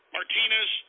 Martinez